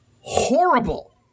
horrible